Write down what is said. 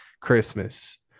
Christmas